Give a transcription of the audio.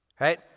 right